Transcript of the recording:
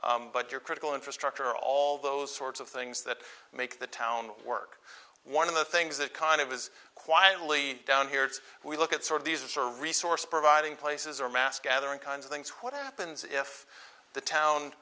but you're critical infrastructure all those sorts of things that make the town work one of the things that kind of is quietly down here we look at sort of these are resource providing places or mass gathering kinds of things what happens if the town